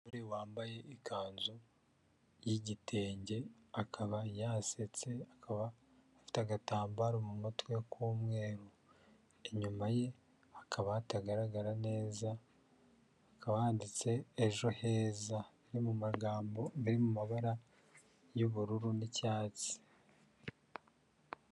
Umugore wambaye ikanzu y'igitenge akaba yasetse, akaba afite agatambaro mu mutwe k'umweru. Inyuma ye hakaba hatagaragara neza hakaba handitse ejo heza. Ni mu magambo biri mu mabara y'ubururu n'icyatsi.